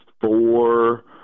four